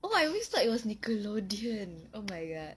oh I always thought it was nickelodeon oh my god